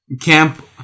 Camp